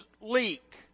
leak